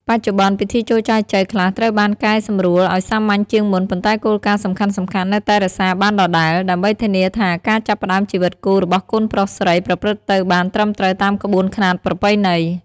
បច្ចុប្បន្ន ពិធីចូលចែចូវខ្លះត្រូវបានកែសម្រួលឲ្យសាមញ្ញជាងមុន ប៉ុន្តែគោលការណ៍សំខាន់ៗនៅតែរក្សាបានដដែល ដើម្បីធានាថាការចាប់ផ្តើមជីវិតគូរបស់កូនប្រុសស្រីប្រព្រឹត្តទៅបានត្រឹមត្រូវតាមក្បួនខ្នាតប្រពៃណី។